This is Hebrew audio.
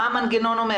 מה המנגנון אומר?